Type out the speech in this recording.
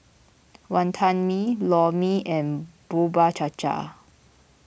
Wantan Mee Lor Mee and Bubur Cha Cha